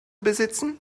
besitzen